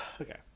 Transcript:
Okay